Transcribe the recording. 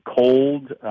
cold